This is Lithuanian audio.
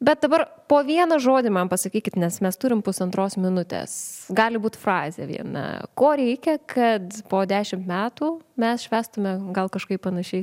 bet dabar po vieną žodį man pasakykit nes mes turim pusantros minutes gali būt frazė viena ko reikia kad po dešimt metų mes švęstume gal kažkaip panašiai